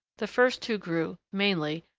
the first two grew, mainly,